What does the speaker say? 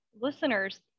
listeners